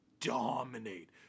DOMINATE